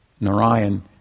Narayan